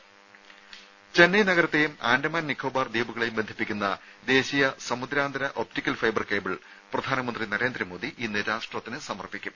രേര ചെന്നൈ നഗരത്തെയും ആൻഡമാൻ നിക്കോബാർ ദ്വീപുകളെയും ബന്ധിപ്പിക്കുന്ന ദേശീയ സമുദ്രാന്തര ഒപ്റ്റിക്കൽ ഫൈബർ കേബിൾ പ്രധാനമന്ത്രി നരേന്ദ്രമോദി ഇന്ന് രാഷ്ട്രത്തിന് സമർപ്പിക്കും